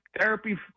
therapy